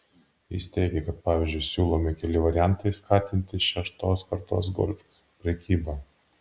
jis teigia kad pavyzdžiui siūlomi keli variantai skatinti šeštos kartos golf prekybą